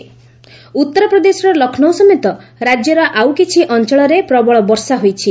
UP rain ଉତ୍ତର ପ୍ରଦେଶର ଲକ୍ଷ୍ନୌ ସମେତ ରାଜ୍ରର ଆଉ କିଛି ଅଞ୍ଚଳରେ ପ୍ରବଳ ବର୍ଷା ହୋଇଛି